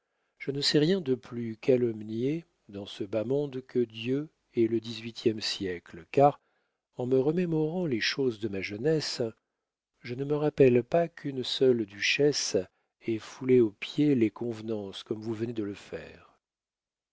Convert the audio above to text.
je ne sais rien de plus calomnié dans ce bas monde que dieu et le dix-huitième siècle car en me remémorant les choses de ma jeunesse je ne me rappelle pas qu'une seule duchesse ait foulé aux pieds les convenances comme vous venez de le faire